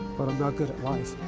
but i'm not good at life.